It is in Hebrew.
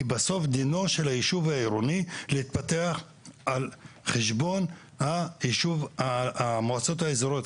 כי בסוף דינו של היישוב העירוני להתפתח על חשבון המועצות האזוריות.